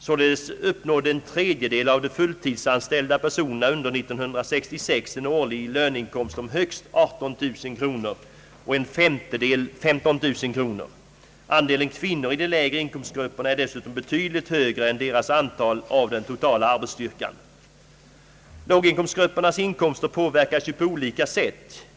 Således uppnådde en tredjedel av de fulltidsanställda personerna under 1966 en årlig löneinkomst om högst 18000 kronor och en femtedel 15 000 kronor. Andelen kvinnor i de lägre inkomstgrupperna är dessutom betydligt högre än deras andel av den totala arbetsstyrkan. Låginkomstgruppernas inkomster kan ju påverkas på olika sätt.